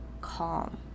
calm